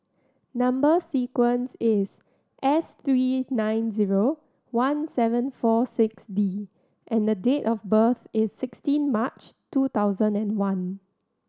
number sequence is S three nine zero one seven four six D and date of birth is sixteen March two thousand and one